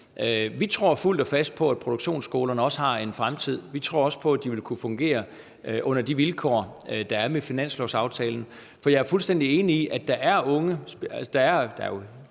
Vi tror fuldt og fast på, at produktionsskolerne også har en fremtid. Vi tror også på, at de vil kunne fungere under de vilkår, der er med finanslovsaftalen. For jeg er fuldstændig enig i, at der er unge